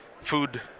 food